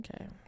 Okay